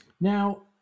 Now